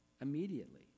immediately